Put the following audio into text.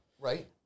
Right